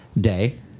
Day